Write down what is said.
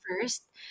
first